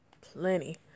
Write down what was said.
Plenty